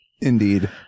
Indeed